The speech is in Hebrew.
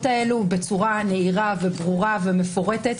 הללו בצורה הנהירה והברורה והמפורטת,